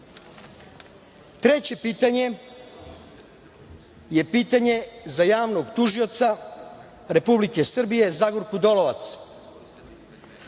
pitanje je pitanje za javnog tužioca Republike Srbije Zagorku Dolovac.